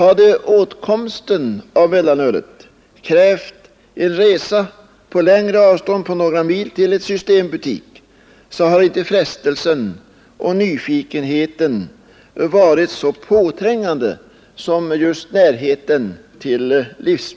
Om åtkomsten av mellanölet krävt en resa på några mil till en systembutik, hade inte frestelsen och nyfikenheten varit lika påträngande.